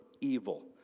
evil